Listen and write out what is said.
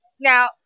Now